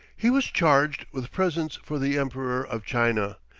he was charged with presents for the emperor of china,